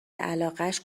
علاقش